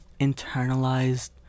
internalized